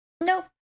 Nope